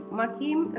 Mahim